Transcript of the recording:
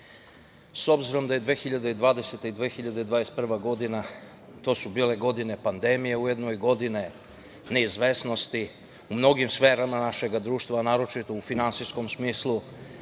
s obzirom da je 2020. i 2021. godina, to su bile godine pandemije, ujedno i godine neizvesnosti, u mnogim sferama našeg društva, a naročito u finansijskom smislu,